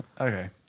Okay